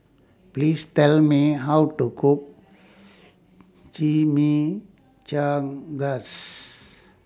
Please Tell Me How to Cook Chimichangas